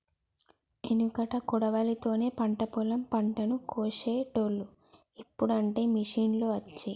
ఎనుకట కొడవలి తోనే పంట పొలం పంటను కోశేటోళ్లు, ఇప్పుడు అంటే మిషిండ్లు వచ్చే